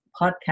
podcast